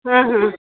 हां हां